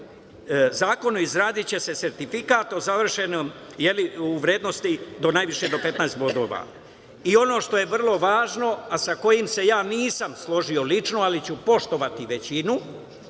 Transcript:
zakonom. Izradiće se sertifikat u vrednosti do najviše 15 bodova. Ono što je vrlo važno, a sa kojim se ja nisam složio lično ali ću poštovati većinu,